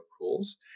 rules